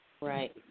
Right